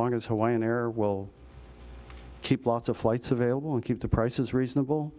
long as hawaiian air will keep lots of flights available and keep the prices reasonable